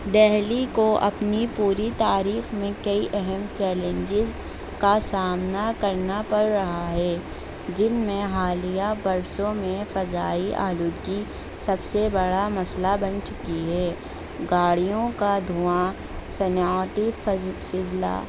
دہلی کو اپنی پوری تاریخ میں کئی اہم چیلنجز کا سامنا کرنا پڑ رہا ہے جن میں حالیہ برسوں میں فضائی آلودگی سب سے بڑا مسئلہ بن چکی ہے گاڑیوں کا دھواں صنعتی فضلہ